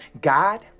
God